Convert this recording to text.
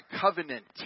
covenant